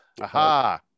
Aha